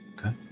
Okay